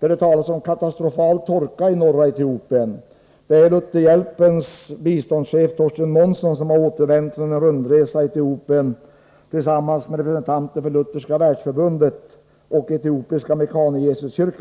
Där talas det om den katastrofala torkan i norra Etiopien. Den som uttalar sig är Lutherhjälpens biståndschef Thorsten Månson, som har återvänt från en rundresa i landet, vilken han gjort tillsammans med Lutherska världsförbundet och Etiopiska Mekane Yesuskyrkan.